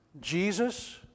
Jesus